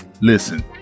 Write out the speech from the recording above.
Listen